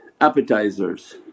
appetizers